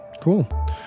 Cool